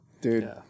Dude